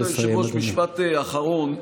ברשות היושב-ראש, משפט אחרון.